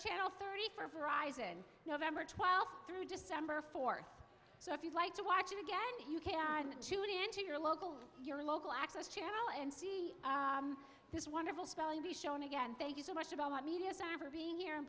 channel thirty for horizon november twelfth through december fourth so if you'd like to watch it again you can tune into your local your local access channel and see this wonderful spelling bee shown again thank you so much about media sorry for being here